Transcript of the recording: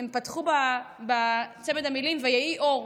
הם פתחו בצמד המילים "ויהי אור".